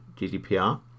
GDPR